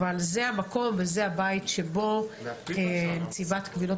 אבל זה המקום וזה הבית שבו נציבת קבילות